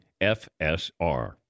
FSR